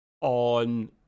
on